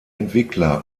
entwickler